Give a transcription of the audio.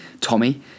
tommy